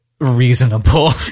reasonable